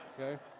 okay